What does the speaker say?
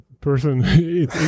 person